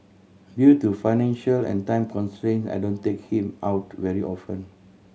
due to financial and time constraints I don't take him out very often